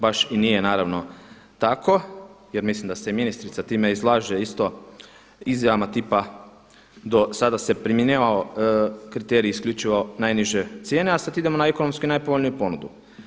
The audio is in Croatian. Baš i nije naravno tako jer mislim da se i ministrica time izlaže isto izjavama tipa do sada se primjenjivao kriterij isključivo najniže cijene, a sada idemo na ekonomski najpovoljniju ponudu.